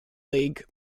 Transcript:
league